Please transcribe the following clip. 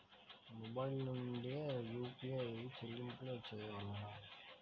Mobile నుండే UPI చెల్లింపులు చేయవలెనా?